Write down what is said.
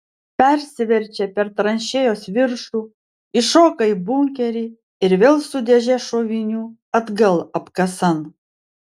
persiverčia per tranšėjos viršų įšoka į bunkerį ir vėl su dėže šovinių atgal apkasan